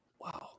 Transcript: Wow